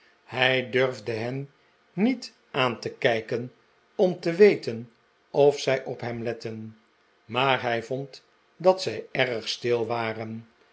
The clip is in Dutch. hij durfde hen niet aan te kijken om te weten of zij op hem letten maar hij vond dat zij erg stii waren